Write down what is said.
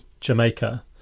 Jamaica